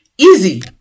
Easy